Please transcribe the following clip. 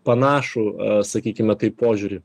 panašų sakykime tai požiūrį